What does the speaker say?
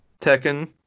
Tekken